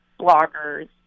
bloggers